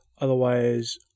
otherwise